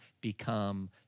become